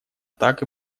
так